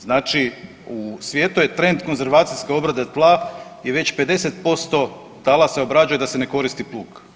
Znači u svijetu je trend konzervacijske obrade tla i već 50% tla se obrađuje da se ne koristi plug.